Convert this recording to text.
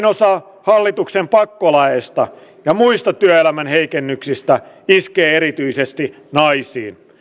osa hallituksen pakkolaeista ja muista työelämän heikennyksistä iskee erityisesti naisiin